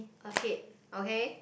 ahead okay